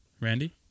Randy